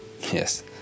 Yes